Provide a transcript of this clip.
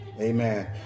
amen